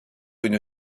une